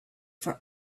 for